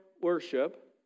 worship